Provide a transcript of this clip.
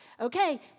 Okay